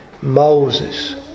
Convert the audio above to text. Moses